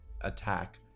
attack